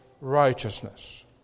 righteousness